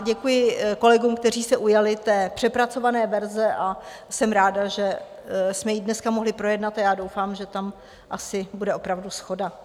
Děkuji kolegům, kteří se ujali té přepracované verze, jsem ráda, že jsme ji dneska mohli projednat, a doufám, že tam asi bude opravdu shoda.